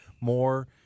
more